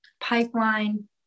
pipeline